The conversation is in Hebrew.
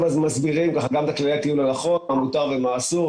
מסבירים מה מותר ומה אסור,